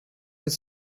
its